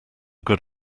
good